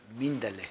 Mindale